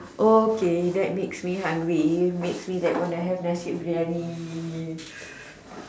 okay that makes me hungry makes me want to have nasi-biryani